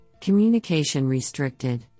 communication-restricted